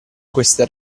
queste